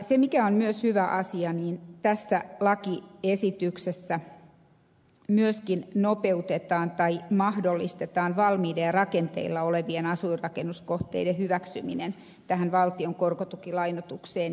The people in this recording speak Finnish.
se mikä on myös hyvä asia niin tässä lakiesityksessä myöskin mahdollistetaan valmiiden ja rakenteilla olevien asuinrakennuskohteiden hyväksyminen valtion korkotukilainoitukseen